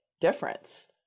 difference